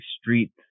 street